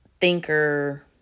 thinker